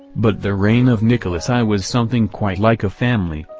but the reign of nicholas i was something quite like a family,